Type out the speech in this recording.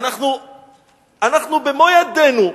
אנחנו במו-ידינו מממנים,